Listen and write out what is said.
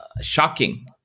shocking